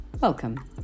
welcome